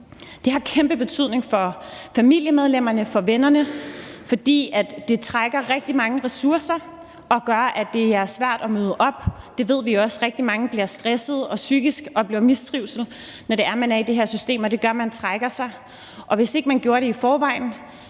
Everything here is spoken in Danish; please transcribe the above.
Det har kæmpe betydning for familiemedlemmerne, for vennerne, fordi det trækker rigtig mange ressourcer fra den enkelte og gør, at man har svært ved at møde op. Vi ved også, at rigtig mange bliver stressede psykisk og oplever mistrivsel, når de er i det her system, og det gør, at de trækker sig. Det kan være, de trækker